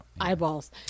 eyeballs